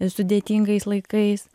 sudėtingais laikais